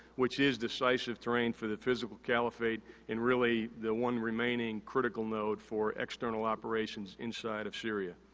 which is decisive terrain for the physical caliphate and really the one remaining critical node for external operations inside of syria.